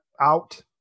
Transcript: out